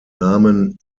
namen